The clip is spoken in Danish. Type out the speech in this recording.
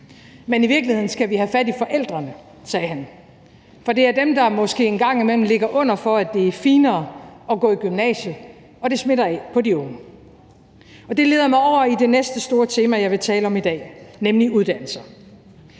Men i virkeligheden skal vi have fat i forældrene, sagde han, for det er dem, der måske en gang imellem ligger under for, at det er finere at gå i gymnasiet, og det smitter af på de unge. Det leder mig over i det næste store tema, jeg vil tale om i dag, nemlig uddannelser.